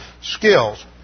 skills